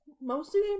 mostly